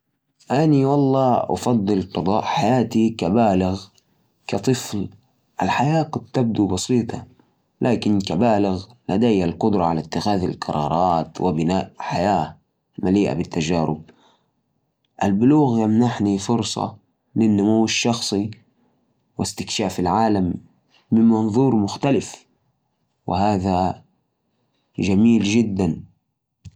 والله بفضل أكون شاب بالغ لأن مرحلة الشباب فيها فرص واستكشاف وتعلم وفيها حماس للحياة وطموحات أما الطفولة حلوة لكن فيها قيود وما تقدر تسوي كل شيء أفتكر أن التوازن بين المرح والنضج هو الأفضل